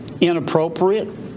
inappropriate